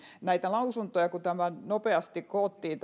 näistä lausunnoista kun tämä lakiesitys koottiin